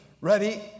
Ready